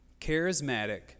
charismatic